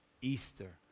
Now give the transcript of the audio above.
Easter